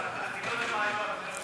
אני לא יודע מה היו ההתניות.